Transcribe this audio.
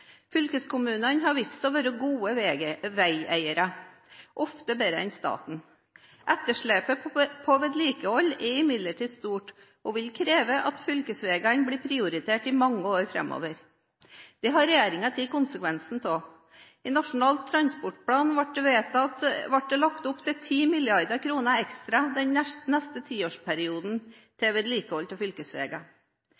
Fylkeskommunene har vist seg å være gode veieiere, ofte bedre enn staten. Etterslepet på vedlikehold er imidlertid stort, og det vil kreve at fylkesveiene blir prioritert i mange år framover. Det har regjeringen tatt konsekvensen av. I Nasjonal transportplan ble det lagt opp til 10 mrd. kr ekstra den neste tiårsperioden